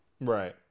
right